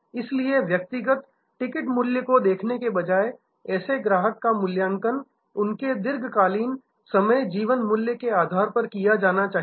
इसलिए व्यक्तिगत टिकट मूल्य को देखने के बजाय ऐसे ग्राहक का मूल्यांकन उनके दीर्घकालिक समय जीवन मूल्य के आधार पर किया जाना चाहिए